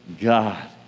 God